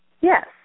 Yes